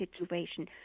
situation